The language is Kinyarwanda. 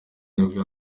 nibwo